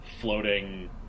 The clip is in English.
floating